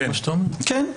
כן.